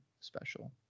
special